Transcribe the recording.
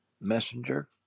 Messenger